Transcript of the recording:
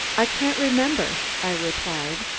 i can't remember, i replied.